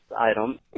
item